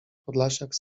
podlasiak